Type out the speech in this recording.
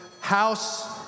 house